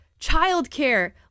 childcare